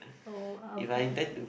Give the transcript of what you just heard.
oh